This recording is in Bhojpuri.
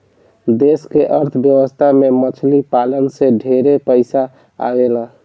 देश के अर्थ व्यवस्था में मछली पालन से ढेरे पइसा आवेला